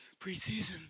preseason